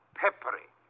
peppery